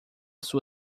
sua